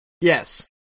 Yes